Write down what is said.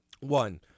One